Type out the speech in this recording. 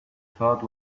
thought